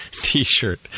t-shirt